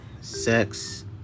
sex